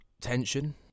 tension